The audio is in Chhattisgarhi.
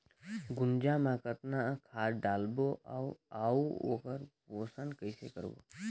गुनजा मा कतना खाद लगाबो अउ आऊ ओकर पोषण कइसे करबो?